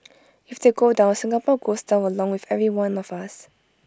if they go down Singapore goes down along with every one of us